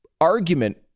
argument